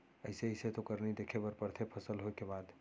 अइसे अइसे तो करनी देखे बर परथे फसल होय के बाद